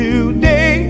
Today